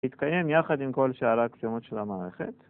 התקיים יחד עם כל שאר האקסיומות של המערכת.